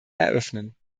eröffnen